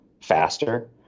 faster